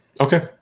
Okay